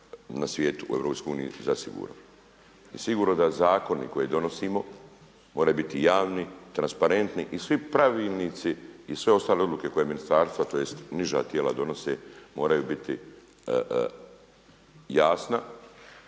na svijetu, u EU zasigurno. Sigurno da zakoni koje donosimo moraju biti javni, transparentni i svi pravilnici i sve ostale odluke koje ministarstvo tj. niža tijela donose moraju biti jasna,